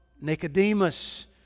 Nicodemus